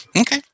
Okay